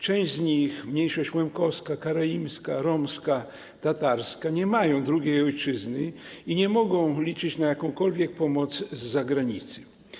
Część z nich, mniejszości łemkowska, karaimska, romska czy tatarska, nie ma drugiej ojczyzny i nie może liczyć na jakąkolwiek pomoc z zagranicy.